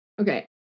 Okay